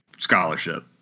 scholarship